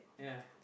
yeah